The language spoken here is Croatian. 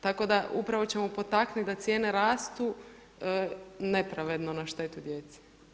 Tako da upravo ćemo potaknuti da cijene rastu nepravedno na štetu djece.